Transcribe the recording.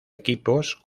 equipos